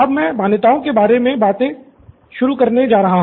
अब मैं मान्यताओं के बारे मे बताने से शुरुआत करुंगा